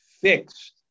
fixed